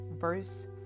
verse